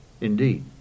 indeed